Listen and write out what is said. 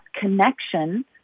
connection